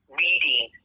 reading